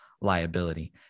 liability